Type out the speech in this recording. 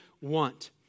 want